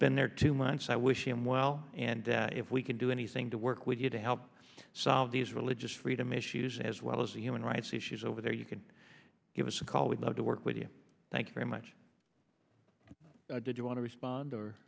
been there two months i wish him well and if we could do anything to work with you to help solve these religious freedom issues as well as the human rights issues over there you can give us a call we'd love to work with you thank you very much did you want to respond